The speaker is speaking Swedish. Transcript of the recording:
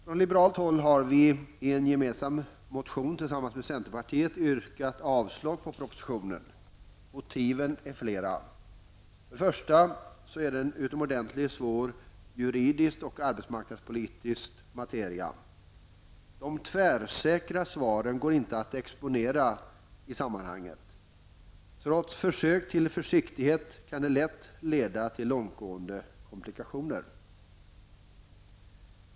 Från liberalt håll har vi i en gemensam motion tillsammans med centerpartiet yrkat avslag på propositionen. Motiven är flera. För det första gäller det en utomordentligt svår juridisk och arbetsmarknadspolitisk materia. De tvärsäkra svaren tål inte att exponeras i sammanhanget. Trots försök till försiktighet kan de lätt leda till långtgående komplikationer.